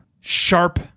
sharp